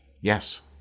Yes